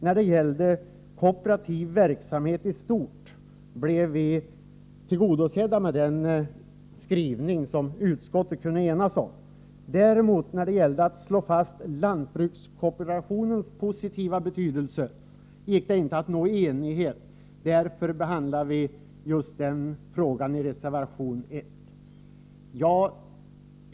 När det gäller kooperativ verksamhet i stort blev vi tillgodosedda med den skrivning som man kunde enas om i utskottet. Då det däremot gällde att slå fast lantbrukskooperationens positiva betydelse gick det inte att nå enighet, och därför behandlar vi just den frågan i reservation 1.